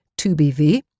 2BV